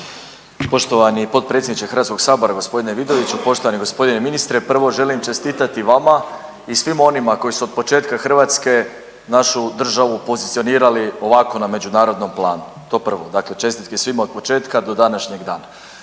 Poštovani potpredsjedniče Hrvatskog sabora, gospodine Vidoviću, poštovani gospodine ministre, prvo želim čestitati vama i svim onima koji su od početka Hrvatske našu državu pozicionirali ovako na međunarodnim planu. To prvo, dakle čestitke svima od početka do današnjeg dana.